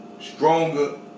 stronger